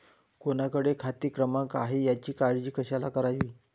कोणाकडे खाते क्रमांक आहेत याची काळजी कशाला करावी